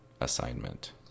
assignment